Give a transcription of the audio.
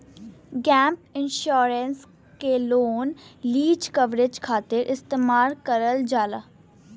gap insurance के loan lease coverage खातिर इस्तेमाल करल जाला